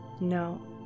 no